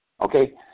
Okay